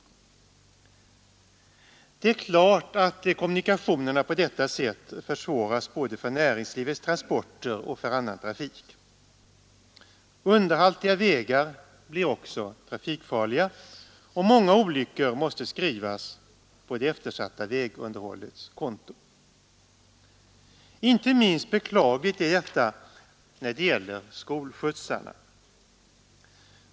Det är klart att kommunikationerna på detta sätt försvåras både för näringslivets transporter och för annan trafik. Underhaltiga vägar blir också trafikfarliga, och många olyckor måste skrivas på det eftersatta vägunderhållets konto. Inte minst betänkligt är detta när det gäller skolskjutsarna.